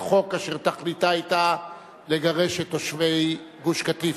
חוק שתכליתה היתה לגרש את תושבי גוש-קטיף,